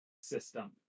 system